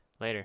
Later